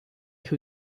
who